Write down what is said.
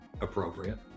appropriate